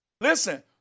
Listen